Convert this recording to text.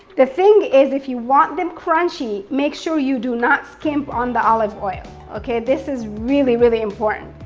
the thing is, if you want them crunchy, make sure you do not skimp on the olive oil. okay, this is really, really important.